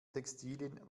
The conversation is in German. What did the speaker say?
textilien